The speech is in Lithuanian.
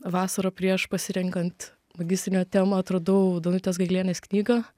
vasarą prieš pasirenkant magistrinio temą atradau danutės gailienės knygą